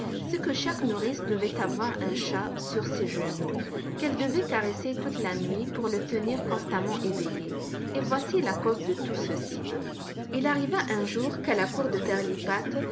c'est que chaque nourrice devait avoir un chat sur ses genoux qu'elle devait caresser toute la nuit pour le tenir constamment éveillé et voici la cause de tout ceci il arriva un jour qu'à la cour de